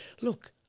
look